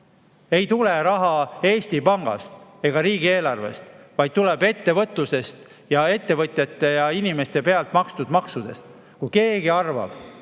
Ei tule raha Eesti Pangast ega riigieelarvest, vaid tuleb ettevõtlusest ja ettevõtjate ja [muude] inimeste makstud maksudest. Kui keegi arvab,